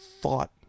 thought